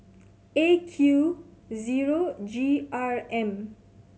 A Q zero G R M